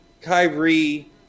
Kyrie